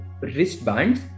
wristbands